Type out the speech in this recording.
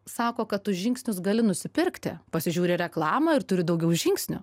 sako kad už žingsnius gali nusipirkti pasižiūri reklamą ir turi daugiau žingsnių